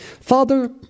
Father